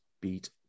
beat